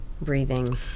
breathing